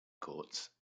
courts